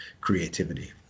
creativity